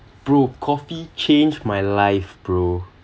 bro coffee changed my life bro